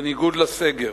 בניגוד לסגר.